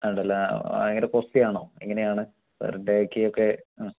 അതെല്ലാം ഭയങ്കര കോസ്റ്റ്ലിയാണോ എങ്ങനെയാണ് പർ ഡേയ്ക്കൊക്കെ മ്മ്